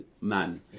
man